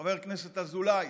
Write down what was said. חבר הכנסת אזולאי